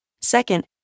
Second